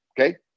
Okay